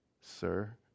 Sir